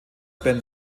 ben